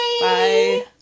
Bye